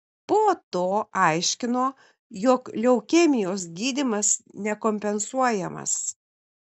po to aiškino jog leukemijos gydymas nekompensuojamas